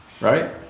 right